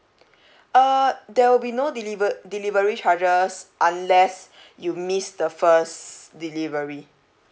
err there will be no deliver~ delivery charges unless you miss the first delivery